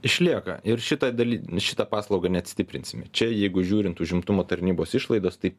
išlieka ir šitą daly šitą paslaugą net stiprinsim čia jeigu žiūrint užimtumo tarnybos išlaidas tai